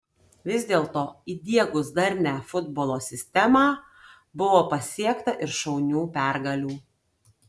vis dėlto įdiegus darnią futbolo sistemą buvo pasiekta ir šaunių pergalių